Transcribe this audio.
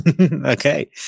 Okay